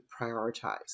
prioritize